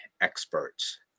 experts